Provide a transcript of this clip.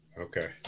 Okay